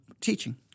teaching